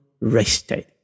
rested